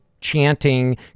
chanting